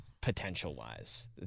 potential-wise